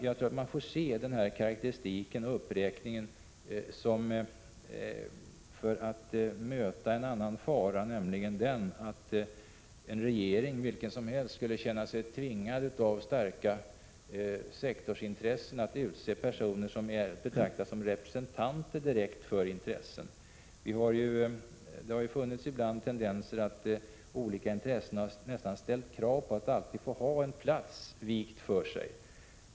Jag tror att man får se den gjorda uppräkningen och karakteristiken som ett sätt att undvika en fara, nämligen att en regering, vilken som helst, skulle känna sig tvingad av starka sektorsintressen att utse personer som är att betrakta som direkta intresserepresentanter. Det har ibland funnits tendenser att olika intressen närmast ställt krav på att alltid få ha en plats vikt för sig.